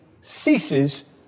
ceases